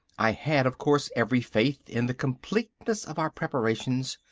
i had, of course, every faith in the completeness of our preparations,